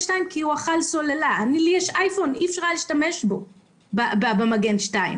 חקיקה וגם להביא עוד יישומון בעיניי זאת הנחה שטעונה בדיקה,